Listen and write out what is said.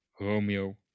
Romeo